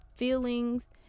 feelings